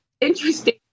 Interesting